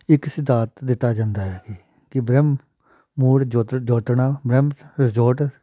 ਇੱਕ ਸਿਧਾਂਤ ਦਿੱਤਾ ਜਾਂਦਾ ਹੈ ਕਿ ਬ੍ਰਹਮ ਮੂੜ ਜੋਤ ਜੋਤਣਾ ਬ੍ਰਹਮ ਰਜੋਟ